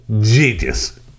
genius